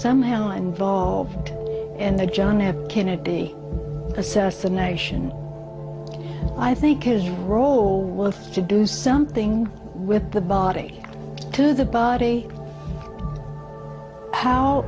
somehow involved in the john f kennedy assassination i think his role was to do something with the body to the body how